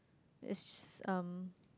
it's just um